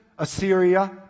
Assyria